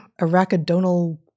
arachidonal